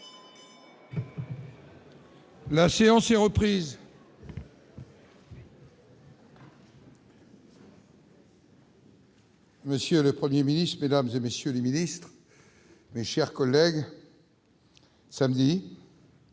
La séance est reprise. Monsieur le Premier ministre, mesdames, messieurs les ministres, mes chers collègues, samedi